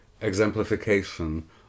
exemplification